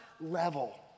level